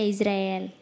Israel